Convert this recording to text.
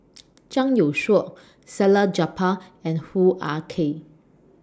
Zhang Youshuo Salleh Japar and Hoo Ah Kay